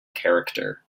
character